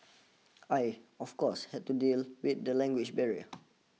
I of course had to deal with the language barrier